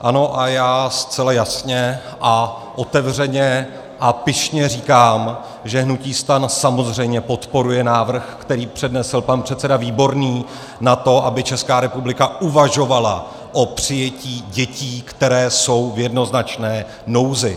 Ano, já zcela jasně, otevřeně a pyšně říkám, že hnutí STAN samozřejmě podporuje návrh, který přednesl pan předseda Výborný na to, aby Česká republika uvažovala o přijetí dětí, které jsou v jednoznačné nouzi.